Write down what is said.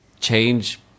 change